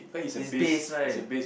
is bass right